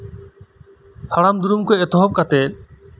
ᱦᱟᱲᱟᱢ ᱫᱩᱲᱩᱢ ᱠᱷᱚᱱ ᱮᱛᱚᱦᱚᱵ ᱠᱟᱛᱮ